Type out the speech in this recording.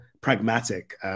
pragmatic